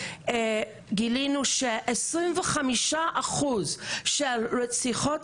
גילינו שעשרים וחמישה אחוז של רציחות